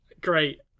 great